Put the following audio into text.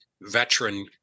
veteran